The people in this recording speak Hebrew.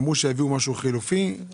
אמרו שיביאו משהו חלופי.